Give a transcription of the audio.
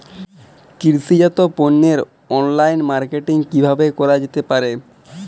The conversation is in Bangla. কৃষিজাত পণ্যের অনলাইন মার্কেটিং কিভাবে করা যেতে পারে?